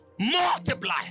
Multiply